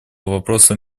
вопросам